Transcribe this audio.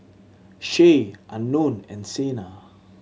Shay Unknown and Sena